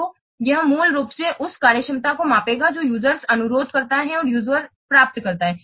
तो यह मूल रूप से उस कार्यक्षमता को मापेगा जो यूजरस अनुरोध करता है और यूजरस प्राप्त करता है